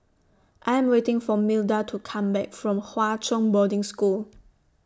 I Am waiting For Milda to Come Back from Hwa Chong Boarding School